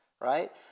right